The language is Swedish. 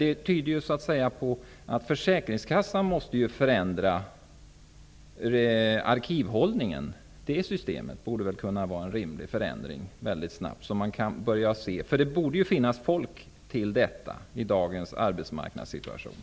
Detta tyder på att försäkringskassan måste förändra arkivhållningen. Det borde vara rimligt att man förändrar systemet, och det borde gå väldigt snabbt. Det borde finnas folk till detta i dagens arbetsmarknadssituation.